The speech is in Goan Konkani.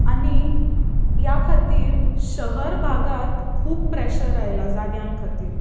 आनी ह्या खातीर शहर भागांत खूब प्रेशर आयला जाग्यां खातीर